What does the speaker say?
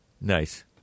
Nice